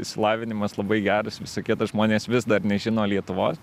išsilavinimas labai geras visokie tai žmonės vis dar nežino lietuvos